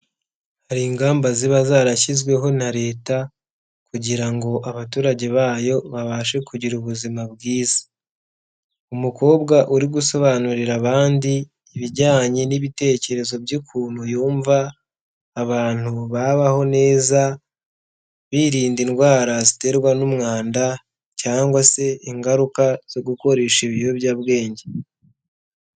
Hari ingamba ziba zarashyizweho na leta kugira ngo abaturage bayo babashe kugira ubuzima bwiza, umukobwa uri gusobanurira abandi ibijyanye n'ibitekerezo by'ukuntu yumva abantu babaho neza birinda indwara ziterwa n'umwanda cyangwa se ingaruka zo gukoresha ibiyobyabwenge.